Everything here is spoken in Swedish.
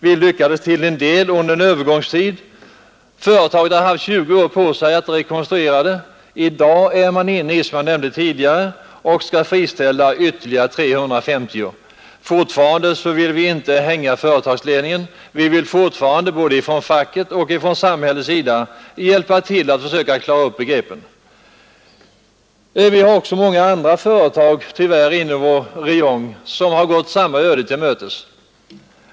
Vi lyckades med det under en övergångstid. Företaget har haft 20 år på sig för rekonstruktion. I dag står det, som jag nämnde tidigare, i begrepp att friställa ytterligare 350 man. Fortfarande vill vi inte hänga företagsledningen, utan vi vill fortfarande både från facket och från samhället hjälpa till för att försöka klara upp situationen. Inom regionen är det tyvärr många andra företag som har gått samma öde till mötes.